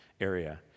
area